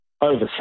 Overseas